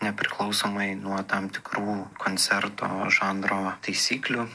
nepriklausomai nuo tam tikrų koncerto žanro taisyklių